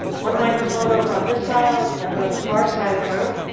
one microphone over on this aisle, and the other on the far side of the room.